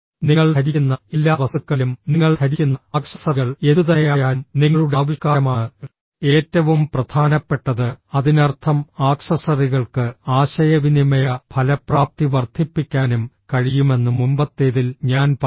നിങ്ങൾ ധരിക്കുന്ന എല്ലാ വസ്തുക്കളിലും നിങ്ങൾ ധരിക്കുന്ന ആക്സസറികൾ എന്തുതന്നെയായാലും നിങ്ങളുടെ ആവിഷ്കാരമാണ് ഏറ്റവും പ്രധാനപ്പെട്ടത് അതിനർത്ഥം ആക്സസറികൾക്ക് ആശയവിനിമയ ഫലപ്രാപ്തി വർദ്ധിപ്പിക്കാനും കഴിയുമെന്ന് മുമ്പത്തേതിൽ ഞാൻ പറഞ്ഞു